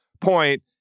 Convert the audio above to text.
point